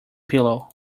pillow